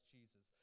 Jesus